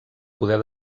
poder